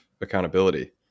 accountability